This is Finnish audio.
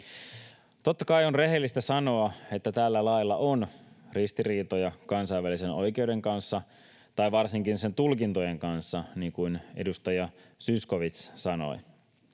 Totta kai on rehellistä sanoa, että tällä lailla on ristiriitoja kansainvälisen oikeuden kanssa — tai varsinkin sen tulkintojen kanssa, niin kuin edustaja Zyskowicz sanoi.